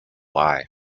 eye